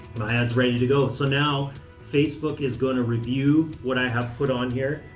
my ad's ready to go. so now facebook is going to review what i have put on here,